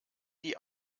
die